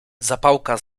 zapałka